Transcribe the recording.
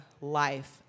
life